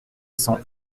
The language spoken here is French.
cents